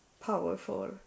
powerful